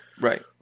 Right